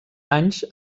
anys